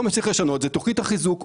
כל מה שצריך לשנות זה את תוכנית החיזוק,